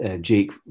Jake